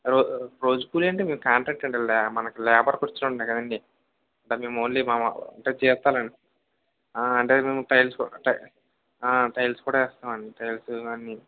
రో రోజు కూలీ అంటే మేము కాంట్రాక్టర్లు అండి మనకి లేబర్ ఖర్చులు ఉంటాయి కదండి మేము ఓన్లీ మా అంటే జీతాలండి అంటే మేము టైల్సు టై టైల్సు కూడా వేస్తామండి టైల్సు అన్నీ